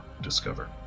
discover